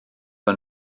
ond